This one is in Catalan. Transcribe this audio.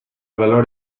valor